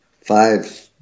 five